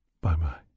Bye-bye